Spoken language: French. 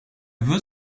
veut